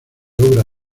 obra